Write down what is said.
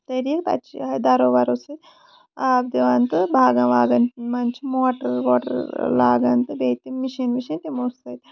طریٖقہٕ اَتہِ چھُ یِہوے دَرو وَرو سۭتۍ آب دِوان تہٕ باغن واغن منٛز چھُ موٹر لگان تہٕ بیٚیہِ تِم مِشیٖن وِشیٖن تِمو سۭتۍ